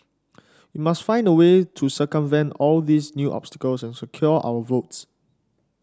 we must find a way to circumvent all these new obstacles and secure our votes